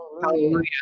Hallelujah